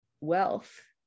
wealth